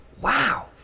Wow